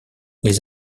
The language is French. les